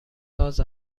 ساز